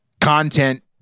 content